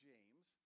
James